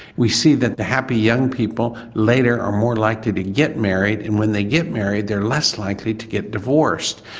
we see that the happy young people later are more likely to get married and when they get married they're less likely to get divorced.